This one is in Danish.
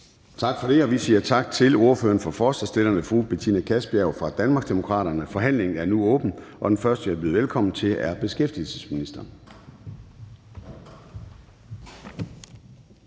Gade): Vi siger tak til ordføreren for forslagsstillerne Betina Kastbjerg fra Danmarksdemokraterne. Forhandlingen er nu åbnet, og den første, jeg byder velkommen til, er beskæftigelsesministeren.